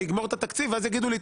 אני אגמור את התקציב ואז יגידו לי,